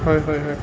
হয় হয় হয়